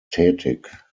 tätig